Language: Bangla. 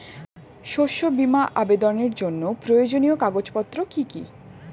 শস্য বীমা আবেদনের জন্য প্রয়োজনীয় কাগজপত্র কি কি?